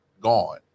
gone